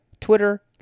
Twitter